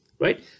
right